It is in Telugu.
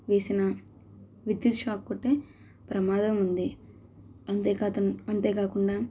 వేసిన విద్యుత్ షాక్ కొట్టే ప్రమాదం ఉంది అంతేకాదు అంతేకాకుండా